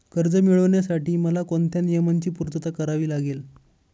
कर्ज मिळविण्यासाठी मला कोणत्या नियमांची पूर्तता करावी लागेल?